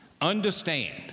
understand